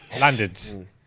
landed